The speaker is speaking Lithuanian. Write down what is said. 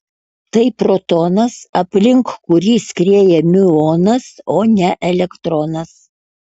tai protonas aplink kurį skrieja miuonas o ne elektronas